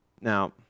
Now